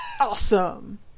Awesome